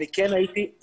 אני לא רוצה להתייחס